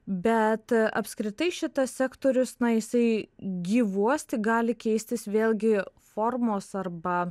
bet apskritai šitas sektorius na jisai gyvuos tik gali keistis vėlgi formos arba